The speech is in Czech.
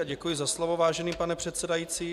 Děkuji za slovo, vážený pane předsedající.